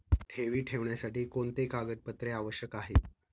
ठेवी ठेवण्यासाठी कोणते कागदपत्रे आवश्यक आहे?